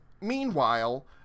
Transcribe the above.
meanwhile